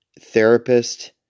therapist